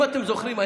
אם אתם זוכרים,